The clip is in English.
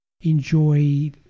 enjoy